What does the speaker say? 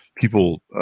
people